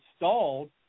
installed